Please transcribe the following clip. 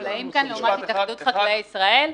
החקלאים כאן לעומת התאחדות חקלאי ישראל.